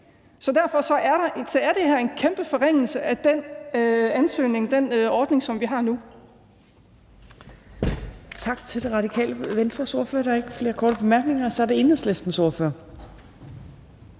Så derfor er det her en kæmpe forringelse af den ordning, som vi har nu.